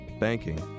banking